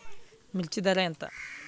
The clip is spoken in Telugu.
మిర్చి ధర ఎంత?